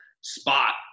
spot